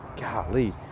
Golly